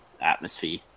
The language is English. atmosphere